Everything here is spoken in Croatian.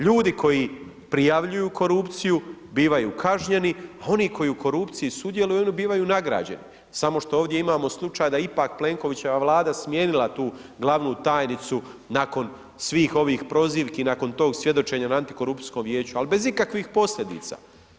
Ljudi koji prijavljuju korupciju, bivaju kažnjeni, oni koji u korupciji sudjeluju, oni bivaju nagrađeni, samo što ovdje imamo slučaj, da ipak Plenkovićeva vlada smijenila tu glavnu tajnicu, nakon svih ovih prozivki, nakon tog svjedočenja na antikorupcijskom vijeću, ali bez ikakvih posljedica.